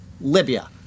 Libya